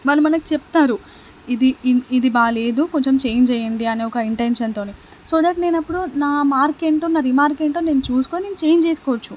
వాళ్ళు మనకి చెప్తారు ఇది ఇది బాలేదు కొంచెం ఛేంజ్ చెయ్యండి అని ఒక ఇంటెన్షన్తోని సో దట్ నేనప్పుడు నా మార్క్ ఏంటో నా రిమార్కేంటో నేను చూసుకుని ఛేంజ్ చేసుకోవచ్చు